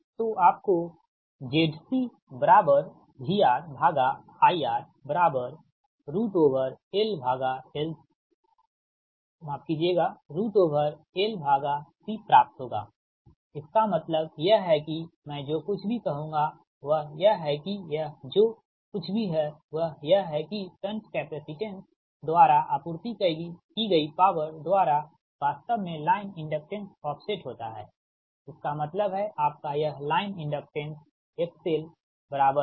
तो आपको ZCVRIRLC प्राप्त होगा इसका मतलब यह है कि मैं जो कुछ भी कहूँगा वह यह है कि यह जो कुछ भी है वह यह है कि शंट कैपेसिटेंस द्वारा आपूर्ति की गई पॉवर द्वारा वास्तव में लाइन इंडक्टेंस ऑफ सेट होता है इसका मतलब है आपका यह लाइन इंडक्टेंस XLLके बराबर है